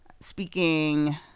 speaking